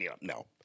no